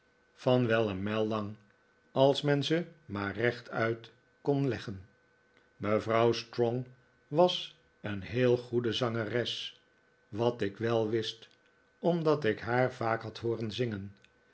wel een mijl lang als men ze maar rechtuit kon leggen mevrouw strong was een heel goede zangeres wat ik wel wist omdat ik haar vaak had hooren zingen